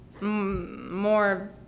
more